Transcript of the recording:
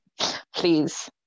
Please